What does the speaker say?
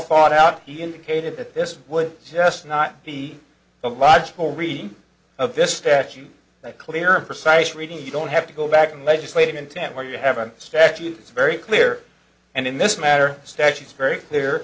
thought out he indicated that this would just not be a logical reading of this statute that clear precise reading you don't have to go back and legislative intent where you have a statute that's very clear and in this matter statutes very clear